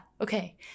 okay